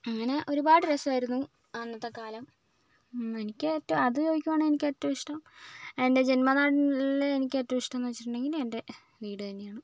അങ്ങനെ ഒരുപാട് രസമായിരുന്നു അന്നത്തെ കാലം എനിക്ക് ഏറ്റവും അത് ചോദിക്കാണെങ്കിൽ എനിക്ക് ഏറ്റവും ഇഷ്ട്ടം എൻ്റെ ജന്മനാടിൽ എനിക്ക് ഏറ്റവും ഇഷ്ട്ടമെന്ന് വെച്ചിട്ടുണ്ടെങ്കിൽ എൻ്റെ വീട് തന്നെയാണ്